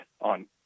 on